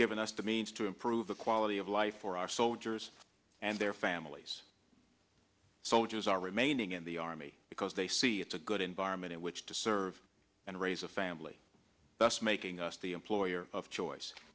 given us the means to improve the quality of life for our soldiers and their families soldiers are remaining in the army because they see it's a good environment in which to serve and raise a family thus making us the employer of choice